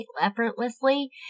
effortlessly